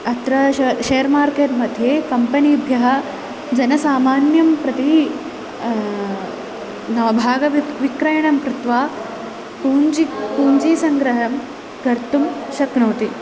अत्र श share market मध्ये कम्पनीभ्यः जनसामान्यं प्रति न भाग वि विक्रयणं कृत्वा पूञ्जि पूञ्जीसङ्ग्रहं कर्तुं शक्नोति